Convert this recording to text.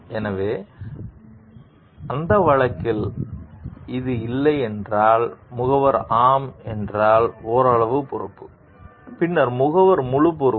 எனவே அந்த வழக்கில் அது இல்லை என்றால் முகவர் ஆம் என்றால் ஓரளவு பொறுப்பு பின்னர் முகவர் முழு பொறுப்பு